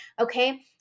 Okay